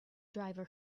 driver